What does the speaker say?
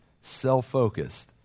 self-focused